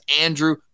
Andrew